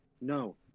no